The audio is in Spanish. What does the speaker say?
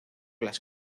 las